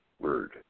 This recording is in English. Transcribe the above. word